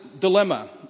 dilemma